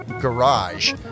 garage